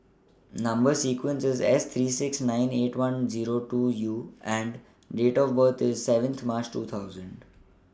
Number sequence IS S three six nine eight one Zero two U and Date of birth IS seventh March two thousand